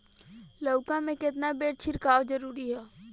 लउका में केतना बेर छिड़काव जरूरी ह?